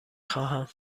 خواهم